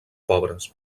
pobres